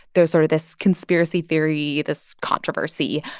there's sort of this conspiracy theory, this controversy.